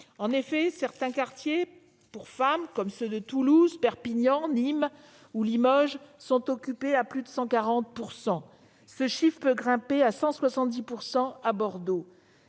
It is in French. En effet, certains quartiers pour femmes, comme ceux de Toulouse, Perpignan, Nîmes ou Limoges, sont occupés à plus de 140 %. Ce chiffre peut grimper jusqu'à 170 % à Bordeaux.